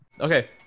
Okay